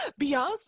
Beyonce